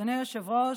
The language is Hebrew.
אדוני היושב-ראש,